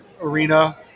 arena